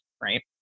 right